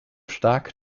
stark